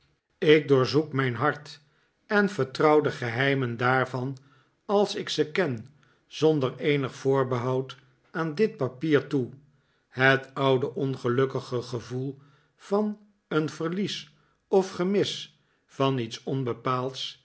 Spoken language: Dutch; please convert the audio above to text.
ik doorzoek mijn hart en vertrouw de geheimen daarvan als ik ze ken zonder eenig voorbehoud aan dit papier toe het qude ongelukkige gevoel van een verlies of gemis van iets onbepaalds